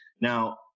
Now